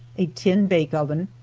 a tin bake oven,